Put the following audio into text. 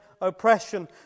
oppression